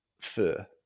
fur